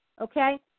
Okay